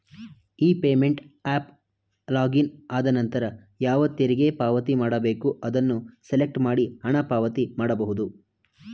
E payment ಅಫ್ login ಆದನಂತರ ಯಾವ ತೆರಿಗೆ ಪಾವತಿ ಮಾಡಬೇಕು ಅದನ್ನು ಸೆಲೆಕ್ಟ್ ಮಾಡಿ ಹಣ ಪಾವತಿ ಮಾಡಬಹುದು